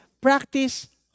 practice